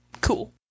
Cool